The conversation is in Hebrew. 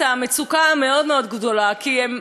כי הם חיים פה במדינת ישראל,